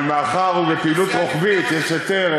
אבל מאחר שבפעילות רוחבית יש היתר,